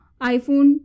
iphone